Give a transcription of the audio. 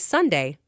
Sunday